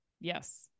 Yes